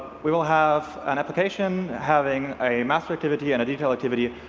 we will have an application having a mass activity and a detail activity.